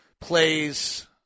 plays